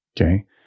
Okay